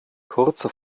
kurzer